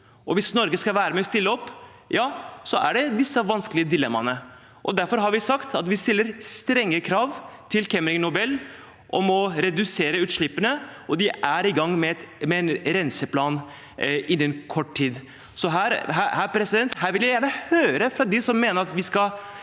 Hvis Norge skal være med og stille opp, får vi disse vanskelige dilemmaene. Derfor har vi sagt at vi stiller strenge krav til Chemring Nobel om å redusere utslippene, og de er i gang med en renseplan som kommer innen kort tid. Her vil jeg gjerne høre fra dem som mener at vi ikke